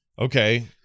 okay